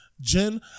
Jen